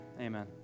amen